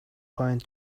pine